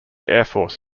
airforce